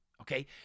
Okay